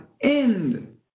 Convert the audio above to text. end